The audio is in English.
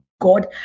god